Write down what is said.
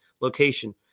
location